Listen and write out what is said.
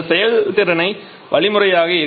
அந்த செயல்திறனைக் வழிமுறையாக